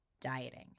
dieting